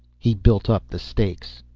he built up the stakes.